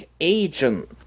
Agent